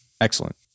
Excellent